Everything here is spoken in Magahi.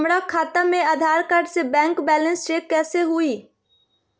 हमरा खाता में आधार कार्ड से बैंक बैलेंस चेक कैसे हुई?